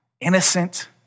innocent